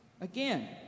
Again